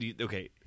okay